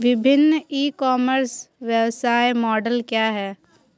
विभिन्न e commerce व्यवसाय model क्या हैं?